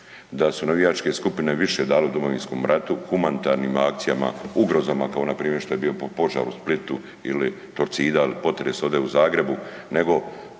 da su navijačke skupine više dale u Domovinskom ratu humanitarnim akcijama, ugrozama kao npr. što je bio požar u Splitu ili Torcida ili potres ovdje u Zagrebu